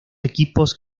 equipos